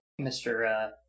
Mr